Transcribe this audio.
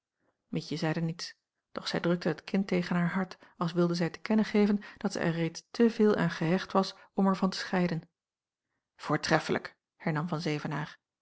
mietje zeide niets doch zij drukte het kind tegen haar hart als wilde zij te kennen geven dat zij er reeds te veel aan gehecht was om er van te scheiden voortreffelijk hernam van